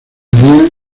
harían